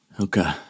okay